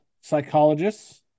psychologists